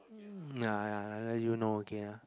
ya ya I let you know okay ah